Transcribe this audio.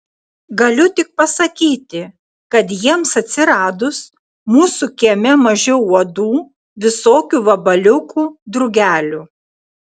galiu tik pasakyti kad jiems atsiradus mūsų kieme mažiau uodų visokių vabaliukų drugelių